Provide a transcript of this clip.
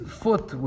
foot